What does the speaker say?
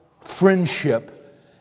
friendship